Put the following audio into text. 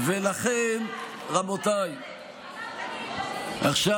לכן, רבותיי, עכשיו,